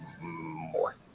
more